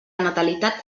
natalitat